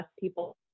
people